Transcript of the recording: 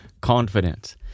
confidence